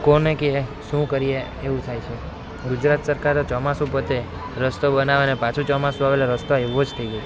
કોને કહીએ શું કરીએ એવું થાય છે ગુજરાત સરકાર ચોમાસું પતે રસ્તો બનાવેને પાછું ચોમાસું આવે એટલે રસ્તો એવો જ થઈ જાય